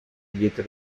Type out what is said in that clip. dietro